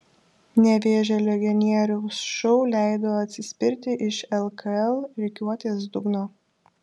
nevėžio legionieriaus šou leido atsispirti iš lkl rikiuotės dugno